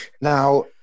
Now